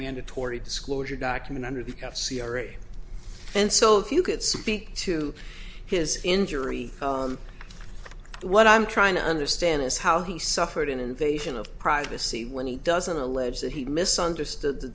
mandatory disclosure document under the cuff c r a and so you could speak to his injury what i'm trying to understand is how he suffered an invasion of privacy when he doesn't allege that he misunderstood the